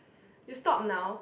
you stop now